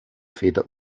väter